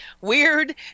Weird